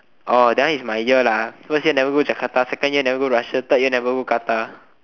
orh that one is my year lah first year never go Jakarta second year never go Russia third year never go Qatar